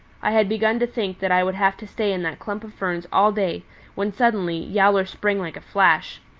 i had begun to think that i would have to stay in that clump of ferns all day when suddenly yowler sprang like a flash.